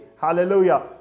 hallelujah